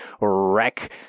wreck